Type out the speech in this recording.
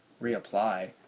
reapply